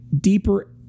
deeper